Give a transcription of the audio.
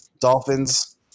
Dolphins